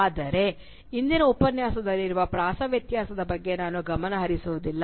ಆದರೆ ಇಂದಿನ ಉಪನ್ಯಾಸದಲ್ಲಿನ ಪ್ರಾಸ ವ್ಯತ್ಯಾಸದ ಬಗ್ಗೆ ನಾನು ಗಮನ ಹರಿಸುವುದಿಲ್ಲ